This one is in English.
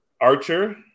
Archer